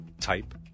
type